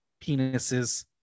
penises